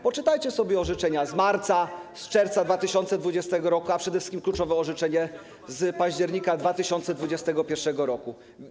Poczytajcie sobie orzeczenia z marca, z czerwca 2020 r., a przede wszystkim kluczowe orzeczenie z października 2021 r.